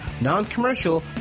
non-commercial